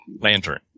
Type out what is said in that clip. Lantern